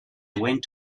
went